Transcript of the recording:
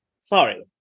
sorry